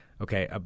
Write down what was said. Okay